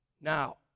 now